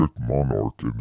Monarch